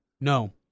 No